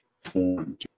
form